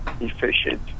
efficient